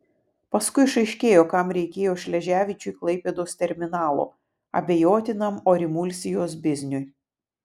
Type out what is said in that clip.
paskui išaiškėjo kam reikėjo šleževičiui klaipėdos terminalo abejotinam orimulsijos bizniui